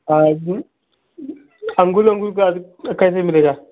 ब अंगूर उंगुल का अ कैसे मिलेगा